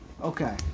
Okay